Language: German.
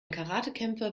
karatekämpfer